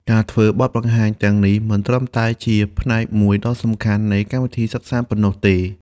ការធ្វើបទបង្ហាញទាំងនេះមិនត្រឹមតែជាផ្នែកមួយដ៏សំខាន់នៃកម្មវិធីសិក្សាប៉ុណ្ណោះទេ។